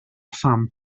pham